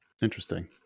Interesting